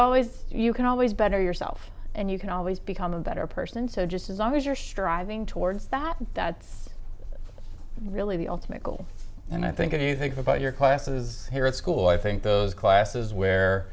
always you can always better yourself and you can always become a better person so just as long as you're striving towards that and that's really the ultimate goal and i think if you think about your classes here at school i think those classes where